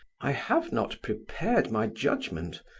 i have not prepared my judgment.